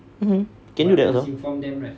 mmhmm can do that also